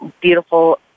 beautiful